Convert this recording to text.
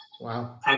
wow